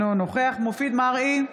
אינו נוכח מופיד מרעי,